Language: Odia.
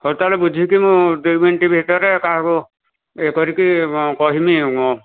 ହଉ ତାହେଲେ ବୁଝିକି ମୁଁ ଦୁଇ ମିନିଟ ଭିତରେ କାହାକୁ ଇଏ କରିକି କହିବି